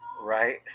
Right